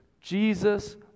Jesus